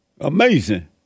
Amazing